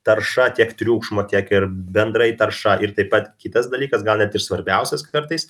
tarša tiek triukšmo tiek ir bendrai tarša ir taip pat kitas dalykas gal net ir svarbiausias kartais